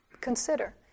consider